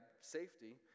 safety